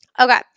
Okay